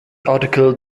article